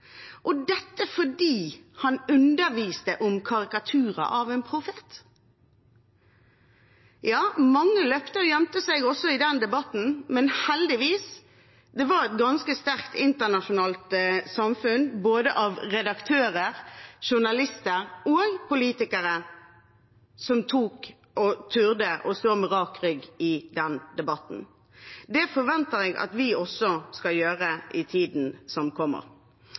og dette fordi han underviste om karikaturer av en profet. Mange løp og gjemte seg også i den debatten, men heldigvis var det et ganske sterkt internasjonalt samfunn, både av redaktører, journalister og politikere, som turte å stå med rak rygg i den debatten. Det forventer jeg at vi også skal gjøre i tiden som kommer.